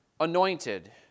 anointed